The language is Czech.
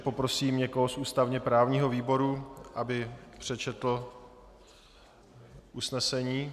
Poprosím někoho z ústavněprávního výboru, aby přečetl usnesení.